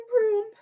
room